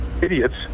idiots